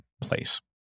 place